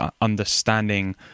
understanding